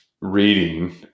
reading